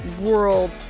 world